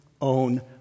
own